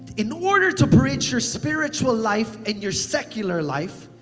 in order to bridge your spiritual life and your secular life,